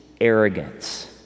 arrogance